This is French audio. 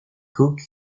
cook